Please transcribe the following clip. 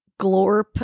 glorp